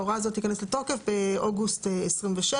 ההוראה הזאת תיכנס לתוקף באוגוסט 2026,